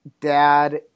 dad